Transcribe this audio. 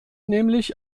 nämlich